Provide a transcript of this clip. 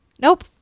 Nope